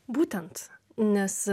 būtent nes